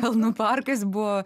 kalnų parkas buvo